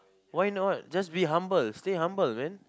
why not just be humble stay humble man